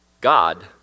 God